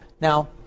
Now